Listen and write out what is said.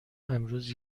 امروز